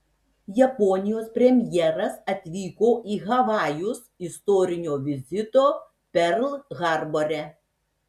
japonijos premjeras atvyko į havajus istorinio vizito perl harbore